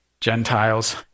gentiles